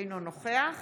אינו נוכח